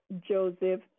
Joseph